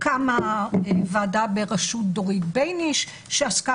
קמה ועדה בראשות דורית בייניש שעסקה